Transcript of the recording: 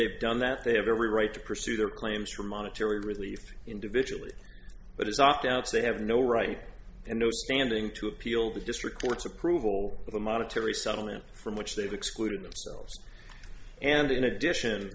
they've done that they have every right to pursue their claims for monetary relief individually but as opt outs they have no right and no standing to appeal the district court's approval of the monetary settlement from which they've excluded themselves and in addition